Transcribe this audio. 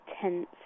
tense